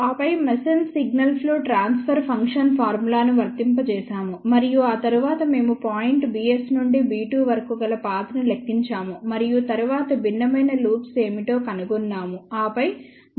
ఆపై Mason's signal flow transfer function ఫార్ములాను వర్తింపజేసాము మరియు ఆ తరువాత మేము పాయింట్ bs నుండి b2 వరకు గల పాత్ ని లెక్కించాము మరియు తరువాత భిన్నమైన లూప్స్ ఏమిటో కనుగొన్నాము ఆపై మొత్తం b2 bs ను కనుగొన్నాము